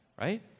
right